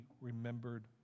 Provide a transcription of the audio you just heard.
remembered